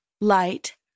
light